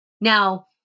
now